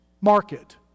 market